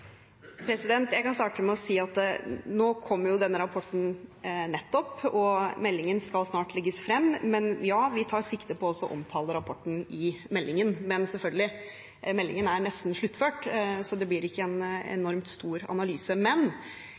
Jeg kan starte med å si at nå kom den rapporten nettopp, og meldingen skal snart legges frem. Ja, vi tar sikte på å omtale rapporten i meldingen, men, selvfølgelig, meldingen er nesten sluttført, så det blir ikke en enormt stor analyse. Men